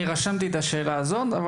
אני רשמתי את השאלה הזאת,